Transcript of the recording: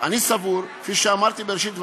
אני סבור, כפי שאמרתי בראשית דברי,